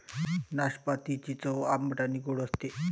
नाशपातीची चव आंबट आणि गोड असते